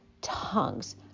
tongues